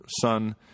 son